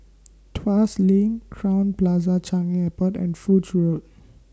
Tuas LINK Crowne Plaza Changi Airport and Foch Road